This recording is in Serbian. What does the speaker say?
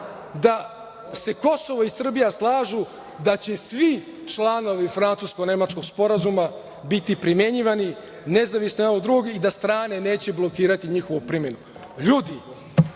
da se Kosovo i Srbija slažu da će svi članovi francusko-nemačkog sporazuma biti primenjivani nezavisno jedan od drugog i da strane neće blokirati njihovu primenu. Ljudi,